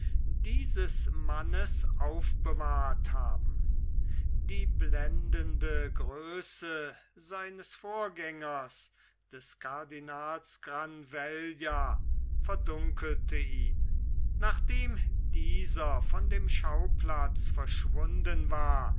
dieses mannes aufbewahrt haben die blendende größe seines vorgängers des cardinals granvella verdunkelte ihn nachdem dieser von dem schauplatz verschwunden war